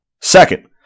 Second